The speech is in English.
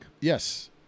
yes